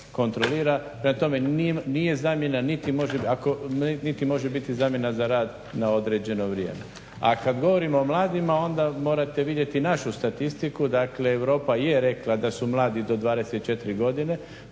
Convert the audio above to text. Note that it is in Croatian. tome, nije zamjena niti može, niti može biti zamjena za rad na određeno vrijeme. A kad govorimo o mladima onda morate vidjeti našu statistiku, dakle Europa je rekla da su mladi do 24 godine.